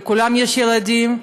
לכולם יש ילדים.